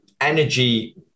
energy